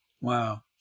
wow